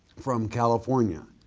from california,